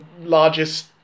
largest